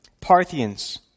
Parthians